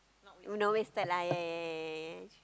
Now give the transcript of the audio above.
who know wasted lah ya ya ya ya ya